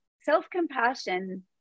self-compassion